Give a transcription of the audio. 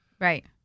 Right